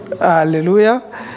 Hallelujah